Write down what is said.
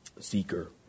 seeker